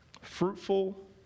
Fruitful